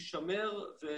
אני חוזר